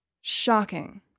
Shocking